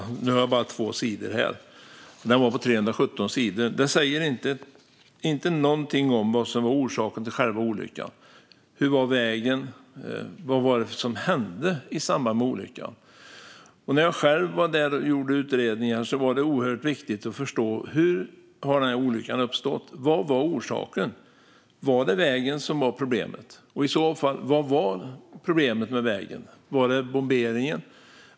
Jag har bara ett par sidor här, men de var på 317 sidor. De säger inte någonting om vad som var orsaken till själva olyckan, hur vägen var eller vad som hände i samband med olyckan. När jag själv gjorde utredningar var det oerhört viktigt att förstå hur olyckan hade uppstått. Vad var orsaken? Var det vägen som var problemet, och vad var i så fall problemet med vägen? Var det bomberingen?